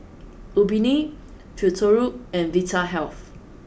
Obimin Futuro and Vitahealth